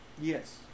Yes